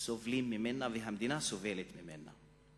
סובלים מהן והמדינה סובלת מהן.